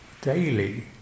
daily